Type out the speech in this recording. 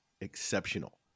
exceptional